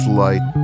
light